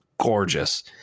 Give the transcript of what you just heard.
gorgeous